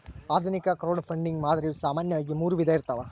ಆಧುನಿಕ ಕ್ರೌಡ್ಫಂಡಿಂಗ್ ಮಾದರಿಯು ಸಾಮಾನ್ಯವಾಗಿ ಮೂರು ವಿಧ ಇರ್ತವ